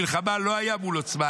המלחמה לא הייתה מול עוצמה.